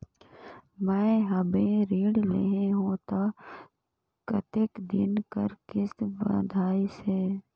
मैं हवे ऋण लेहे हों त कतेक दिन कर किस्त बंधाइस हे?